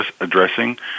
addressing